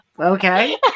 okay